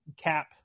cap